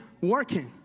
working